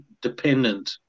dependent